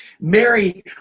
Mary